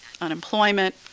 unemployment